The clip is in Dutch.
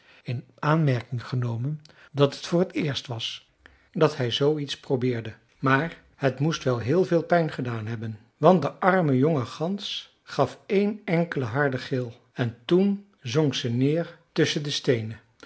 in aanmerking genomen dat het voor t eerst was dat hij zooiets probeerde maar het moest wel heel veel pijn gedaan hebben want de arme jonge gans gaf één enkelen harden gil en toen zonk ze neer tusschen de steenen